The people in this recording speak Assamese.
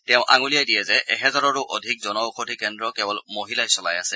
তেওঁ আঙুলিয়া দিয়ে যে এহেজাৰৰো অধিক জন ঔষধি কেন্দ্ৰ কেবল মহিলাই চলাই আছে